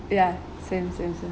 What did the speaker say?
ya same same same